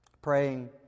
Praying